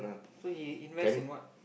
so he invest in what